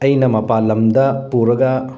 ꯑꯩꯅ ꯃꯄꯥꯜ ꯂꯝꯗ ꯄꯨꯔꯒ